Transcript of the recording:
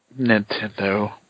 Nintendo